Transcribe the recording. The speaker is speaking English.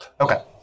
Okay